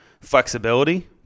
flexibility